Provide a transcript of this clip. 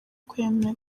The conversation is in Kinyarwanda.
kwemera